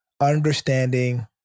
understanding